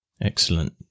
Excellent